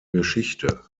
geschichte